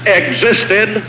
existed